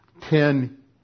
ten